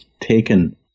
taken